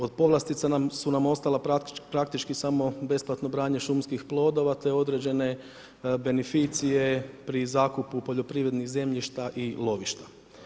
Od povlastica su nam ostala praktički samo besplatno branje šumskih plodova te određene beneficije ori zakupu poljoprivrednih zemljišta i lovišta.